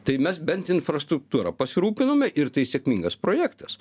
tai mes bent infrastruktūra pasirūpinome ir tai sėkmingas projektas